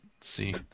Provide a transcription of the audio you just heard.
See